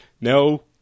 No